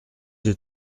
des